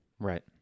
Right